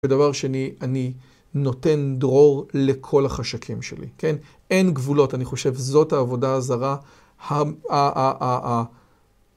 ודבר שני, אני נותן דרור לכל החשקים שלי, כן? אין גבולות, אני חושב, זאת העבודה הזרה ה...